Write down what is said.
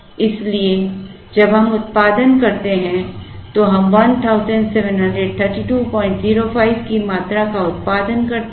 इसलिए जब हम उत्पादन करते हैं तो हम 173205 की मात्रा का उत्पादन करते हैं